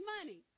money